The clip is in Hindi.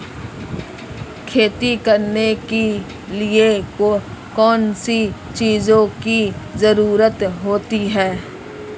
खेती करने के लिए कौनसी चीज़ों की ज़रूरत होती हैं?